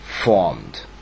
Formed